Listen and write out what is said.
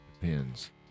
depends